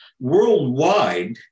Worldwide